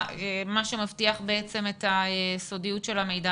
מה שמבטיח את סודיות המידע.